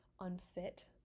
unfit